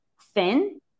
thin